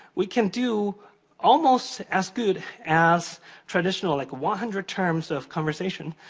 we can do almost as good as traditional, like one hundred terms of conversation.